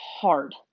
hard